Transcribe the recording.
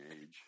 age